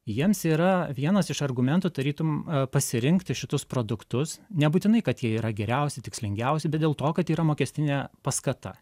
jiems yra vienas iš argumentų tarytum pasirinkti šitus produktus nebūtinai kad jie yra geriausi tikslingiausi bet dėl to kad yra mokestinė paskata